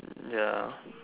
ya